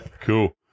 cool